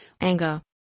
anger